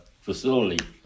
facility